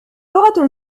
لغة